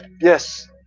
Yes